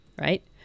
right